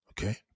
Okay